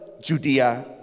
Judea